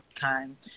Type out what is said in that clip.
time